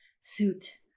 suit